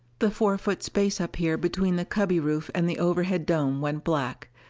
the four foot space up here between the cubby roof and the overhead dome, went black.